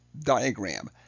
diagram